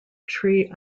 tree